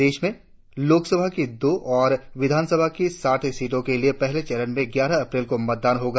प्रदेश में लोकसभा की दो और विधानसभा की साठ सीटो के लिए पहले चरण में ग्यारह अप्रैल को मतदान होगा